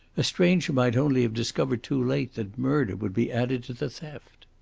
a stranger might only have discovered too late that murder would be added to the theft.